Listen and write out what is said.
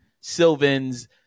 Sylvan's